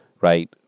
right